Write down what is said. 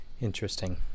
Interesting